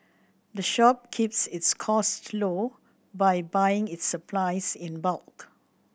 the shop keeps its costs low by buying its supplies in bulk